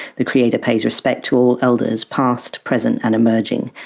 the creator pays respect to all elders, past, present and emerging,